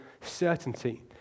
certainty